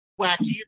wacky